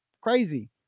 Crazy